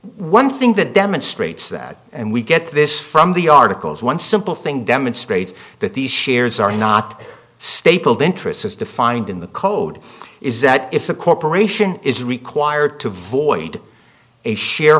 one thing that demonstrates that and we get this from the articles one simple thing demonstrates that these shares are not stapled interests as defined in the code is that if the corporation is required to void a share